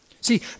See